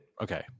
Okay